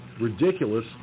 ridiculous